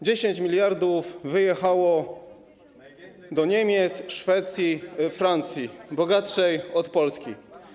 10 mld wyjechało do Niemiec, Szwecji, Francji, bogatszych od Polski.